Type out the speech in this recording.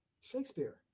Shakespeare